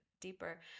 deeper